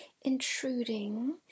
intruding